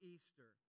Easter